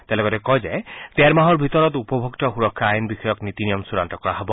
তেওঁ লগতে কয় যে ডেৰ মাহৰ ভিতৰত উপভোক্তা সুৰক্ষা আইন বিষয়ক নীতি নিয়ম চুড়ান্ত কৰা হ'ব